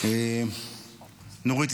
איפה נורית?